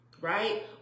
right